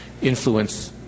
influence